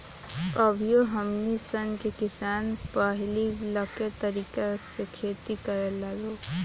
अभियो हमनी सन के किसान पाहिलके तरीका से खेती करेला लोग